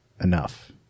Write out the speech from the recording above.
enough